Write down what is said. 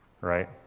right